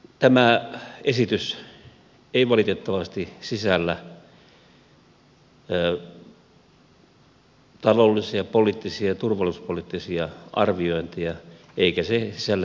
tämä esitys ei valitettavasti sisällä taloudellisia poliittisia turvallisuuspoliittisia arviointeja eikä siihen sen